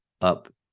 up